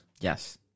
Yes